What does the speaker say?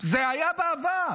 זה היה בעבר.